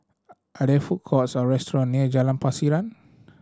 are there food courts or restaurant near Jalan Pasiran